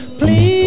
please